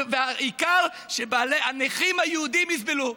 העיקר שהנכים היהודים יסבלו.